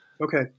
Okay